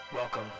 Welcome